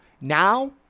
Now